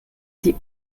die